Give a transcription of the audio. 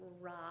raw